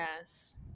yes